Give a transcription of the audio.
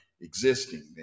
existing